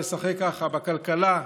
לשחק ככה בכלכלה,